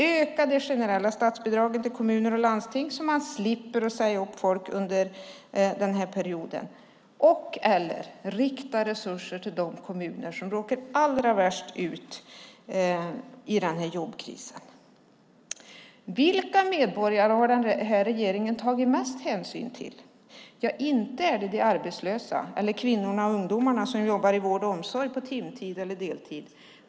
Öka de generella statsbidragen till kommuner och landsting så att man slipper säga upp folk under denna period! Och rikta resurser till de kommuner som råkar allra värst ut i denna jobbkris! Vilka medborgare har den här regeringen tagit mest hänsyn till? Inte är det de arbetslösa eller kvinnorna och ungdomarna som jobbar i vård och omsorg på timtid eller deltid.